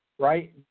right